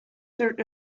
sort